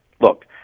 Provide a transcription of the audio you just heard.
Look